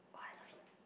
!wah! I love it